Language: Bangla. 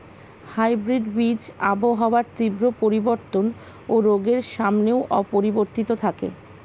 হাইব্রিড বীজ আবহাওয়ার তীব্র পরিবর্তন ও রোগের সামনেও অপরিবর্তিত থাকে